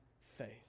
faith